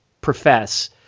profess